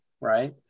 right